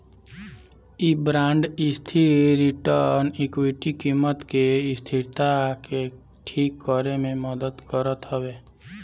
इ बांड स्थिर return equity कीमत के अस्थिरता के ठीक करे में मदद करत हवे